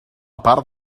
part